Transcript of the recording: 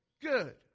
Good